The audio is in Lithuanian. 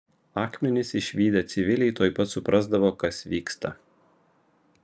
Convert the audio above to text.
akmenis išvydę civiliai tuoj pat suprasdavo kas vyksta